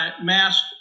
mask